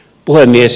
puhemies